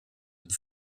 une